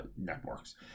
networks